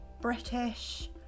British